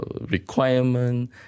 requirement